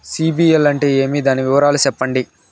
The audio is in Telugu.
సిబిల్ అంటే ఏమి? దాని వివరాలు సెప్పండి?